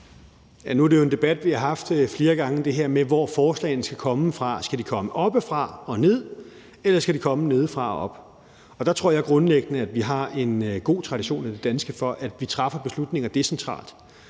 fra, jo en debat, vi har haft flere gange. Skal de komme oppefra og ned, eller skal de komme nedefra og op? Der tror jeg grundlæggende, at vi har en god tradition i det danske for, at vi træffer beslutninger decentralt.